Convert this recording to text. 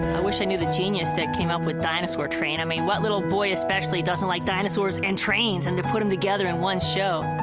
wish i knew the genius that came up with dinosaur train. i mean, what little boy especially doesn't like dinosaurs and trains and to put them together in one show.